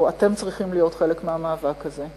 או אתם צריכים להיות חלק מהמאבק הזה.